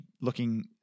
looking